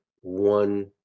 one